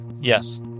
Yes